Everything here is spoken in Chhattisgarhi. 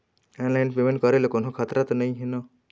ऑनलाइन पेमेंट करे ले कोन्हो खतरा त नई हे न?